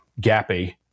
gappy